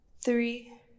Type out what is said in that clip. three